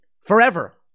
forever